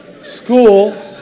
School